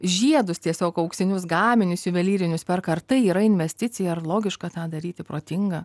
žiedus tiesiog auksinius gaminius juvelyrinius perka ar tai yra investicija ar logiška tą daryti protinga